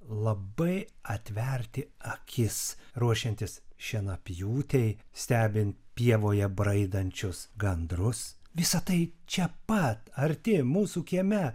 labai atverti akis ruošiantis šienapjūtei stebint pievoje braidančius gandrus visa tai čia pat arti mūsų kieme